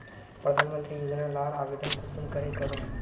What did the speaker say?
प्रधानमंत्री योजना लार आवेदन कुंसम करे करूम?